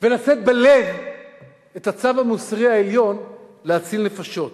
ולשאת בלב את הצו המוסרי העליון להציל נפשות,